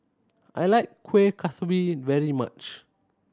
I like Kuih Kaswi very much